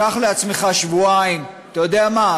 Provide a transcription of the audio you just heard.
קח לעצמך שבועיים, אתה יודע מה?